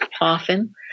often